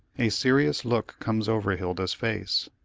a serious look comes over hilda's face.